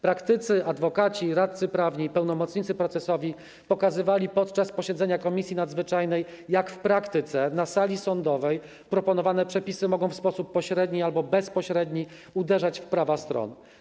Praktycy: adwokaci, radcy prawni, pełnomocnicy procesowi pokazywali podczas posiedzenia Komisji Nadzwyczajnej, jak w praktyce na sali sądowej proponowane przepisy mogą w sposób pośredni albo bezpośredni uderzać w prawa stron.